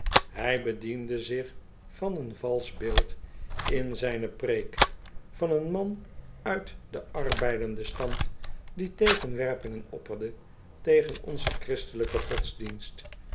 hij bediende zich van een valsch beeld in zijne preek van een man uit den arbeidenden stand die tegenwerpingen opperde tegen onzen christelijken